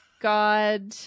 God